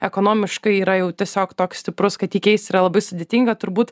ekonomiškai yra jau tiesiog toks stiprus kad jį keis yra labai sudėtinga turbūt